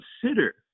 Consider